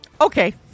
Okay